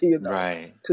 Right